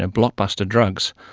ah blockbuster drugs,